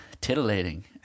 Titillating